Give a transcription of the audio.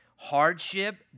hardship